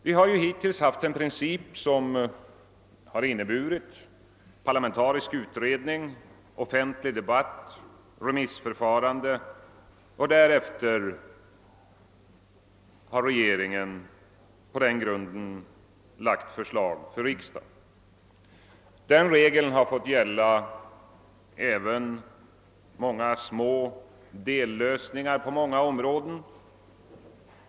Vi har ju hittills tillämpat en princip som har inneburit parlamentarisk utredning, offentlig debatt, remissförfarande och att regeringen därefter på grundval härav framlagt förslag till riksdagen. Den regeln har fått gälla många små dellösningar på olika områden.